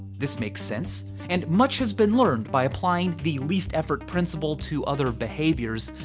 this makes sense and much has been learned by applying the least effort principle to other behaviors,